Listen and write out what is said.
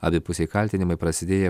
abipusiai kaltinimai prasidėję po